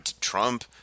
Trump